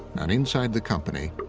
and inside the company,